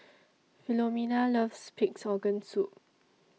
Philomena loves Pig'S Organ Soup